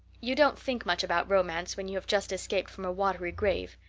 you don't think much about romance when you have just escaped from a watery grave.